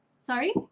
Sorry